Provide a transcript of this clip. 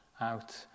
out